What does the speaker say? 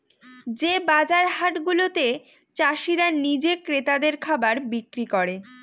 যে বাজার হাট গুলাতে চাষীরা নিজে ক্রেতাদের খাবার বিক্রি করে